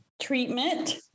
treatment